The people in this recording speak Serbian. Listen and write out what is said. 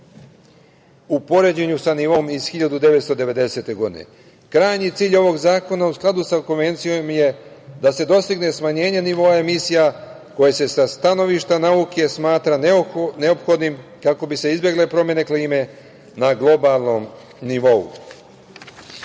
u poređenju sa nivoom iz 1990. godine. Krajnji cilj ovog zakona u skladu sa Konvencijom je da se dostigne smanjenje nivoa emisija koja se sa stanovišta nauke smatra neophodnim kako bi se izbegle promene klime na globalnom nivou. Vlada